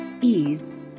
ease